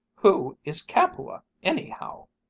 who is capua, anyhow